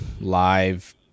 live